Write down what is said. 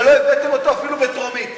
ולא הבאתם אותו אפילו בטרומית.